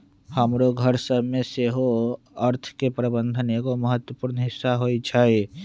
हमरो घर सभ में सेहो अर्थ के प्रबंधन एगो महत्वपूर्ण हिस्सा होइ छइ